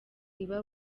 iba